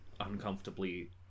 uncomfortably